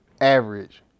average